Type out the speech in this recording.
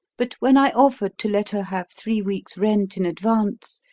but when i offered to let her have three weeks' rent in advance,